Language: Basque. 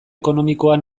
ekonomikoa